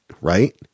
right